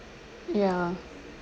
ya